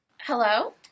Hello